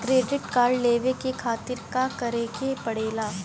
Credit card लेवे के खातिर का करेके पड़ेला?